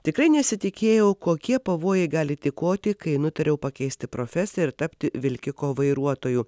tikrai nesitikėjau kokie pavojai gali tykoti kai nutariau pakeisti profesiją ir tapti vilkiko vairuotoju